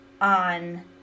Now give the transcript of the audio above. on